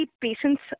patients